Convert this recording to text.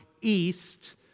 east